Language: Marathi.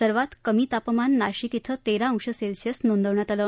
सर्वात कमी तापमान नाशिक ॐ तेरा अंश सेल्सिअस नोंदवण्यात आलं